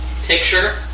picture